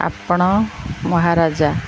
ଆପଣ ମହାରାଜା